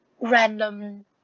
random